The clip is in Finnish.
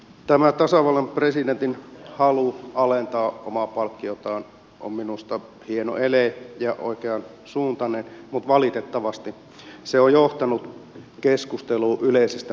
tämä tasavallan presidentin halu alentaa omaa palkkiotaan on minusta hieno ele ja oikeansuuntainen mutta valitettavasti se on johtanut keskusteluun yleisestä palkka alesta